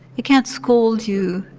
it can't scold you,